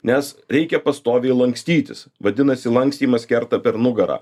nes reikia pastoviai lankstytis vadinasi lankstymas kerta per nugarą